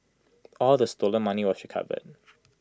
all the stolen money was recovered